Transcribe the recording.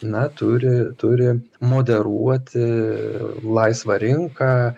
na turi turi moderuoti laisvą rinką